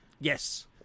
Yes